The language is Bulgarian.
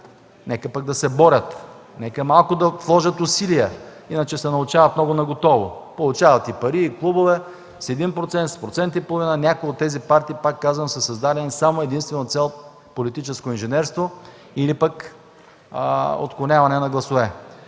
нека да се борят, нека малко да положат усилия. Иначе се научават много наготово – получават се пари и клубове с един процент, с процент и половина, а някои от тези партии, пак казвам, са създадени само и единствено с цел политическо инженерство или пък отклоняване на гласове.